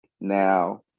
Now